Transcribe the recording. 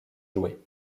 jouer